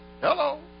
Hello